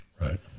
Right